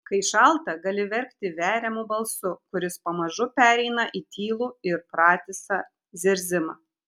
kai šalta gali verkti veriamu balsu kuris pamažu pereina į tylų ir pratisą zirzimą